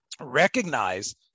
recognize